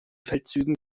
feldzügen